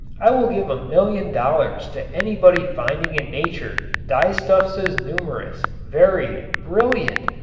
i will give a million dollars to anybody finding in nature dyestuffs as numerous, varied, brilliant,